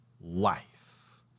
life